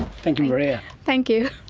thank you maria. thank you.